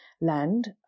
land